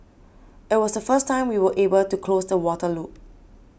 it was the first time we were able to close the water loop